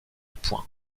points